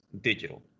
digital